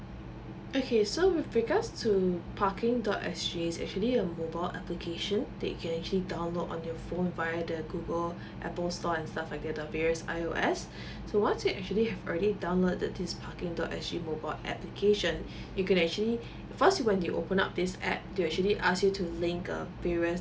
okay so with regards to parking dot S G is actually a mobile application that you can actually download on your phone via the google apple store and stuff like I_O_S so once you actually have already downloaded this parking dot S G mobile application you gonna actually first you when you open up this app to actually ask you to link a previous